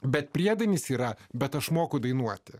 bet priedainis yra bet aš moku dainuoti